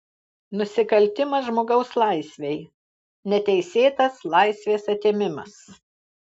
nusikaltimas žmogaus laisvei neteisėtas laisvės atėmimas